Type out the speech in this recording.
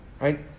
right